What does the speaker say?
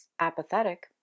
apathetic